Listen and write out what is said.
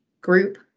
group